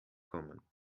kommen